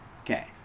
Okay